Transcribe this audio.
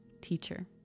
teacher